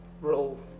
role